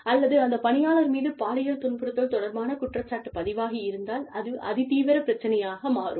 அல்லது அந்த பணியாளர் மீது பாலியல் துன்புறுத்தல் தொடர்பான குற்றச்சாட்டுப் பதிவாகி இருந்தால் அது அதிதீவிர பிரச்சினையாக மாறும்